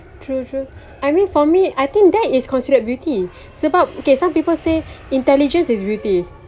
true true I mean for me I think that is considered beauty sebab okay some people say intelligence is beauty